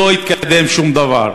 לא התקדם שום דבר,